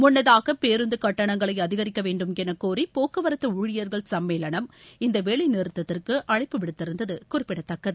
முன்னதாக பேருந்து கட்டணங்களை அதிகரிக்க வேண்டும் என கோரி போக்குவரத்து ஊழியர்கள் சம்மேளனம் இந்த வேலைநிறுத்தத்திற்கு அழைப்பு விடுத்திருந்தது குறிப்பிடத்தக்கது